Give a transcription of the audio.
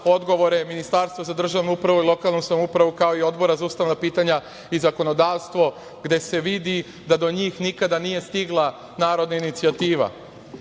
odgovore Ministarstva za državnu upravu i lokalnu samoupravu, kao i Odbora za ustavna pitanja i zakonodavstvo, gde se vidi da do njih nikada nije stigla narodna inicijativa.